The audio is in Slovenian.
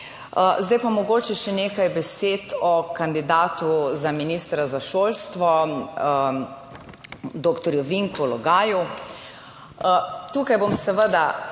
Zdaj pa mogoče še nekaj besed o kandidatu za ministra za šolstvo, doktor Vinku Logaju, tukaj bom seveda